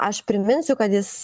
aš priminsiu kad jis